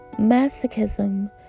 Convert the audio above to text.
Masochism